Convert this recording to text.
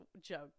joke